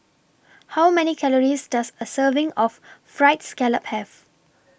How Many Calories Does A Serving of Fried Scallop Have